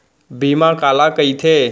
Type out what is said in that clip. बीमा काला कइथे?